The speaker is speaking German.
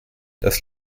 das